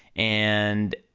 and